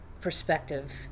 perspective